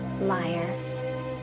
Liar